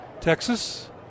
Texas